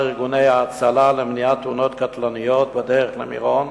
ארגוני ההצלה למניעת תאונות קטלניות בדרך למירון,